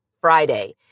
Friday